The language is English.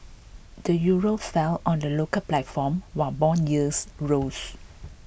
the Euro fell on the local platform while bond yields rose